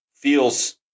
feels